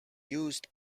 used